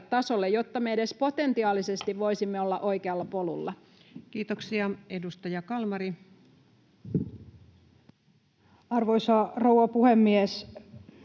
jotta me edes potentiaalisesti voisimme olla oikealla polulla? Kiitoksia. — Edustaja Kalmari. Arvoisa rouva puhemies!